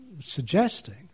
suggesting